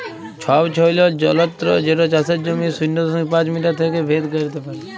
ছবছৈলর যলত্র যেট চাষের জমির শূন্য দশমিক পাঁচ মিটার থ্যাইকে ভেদ ক্যইরতে পারে